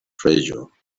treasure